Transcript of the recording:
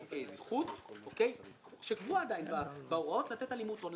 זכות שקבועה עדיין בהוראות לתת הלימות הון.